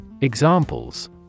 Examples